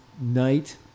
night